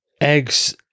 Eggs